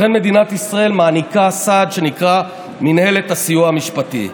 לכן מדינת ישראל מעניקה סעד שנקרא מינהלת הסיוע המשפטי.